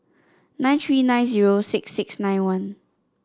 nine three nine zero six six nine one